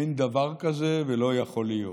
אין דבר כזה ולא יכול להיות.